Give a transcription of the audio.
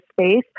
space